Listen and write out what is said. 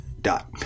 dot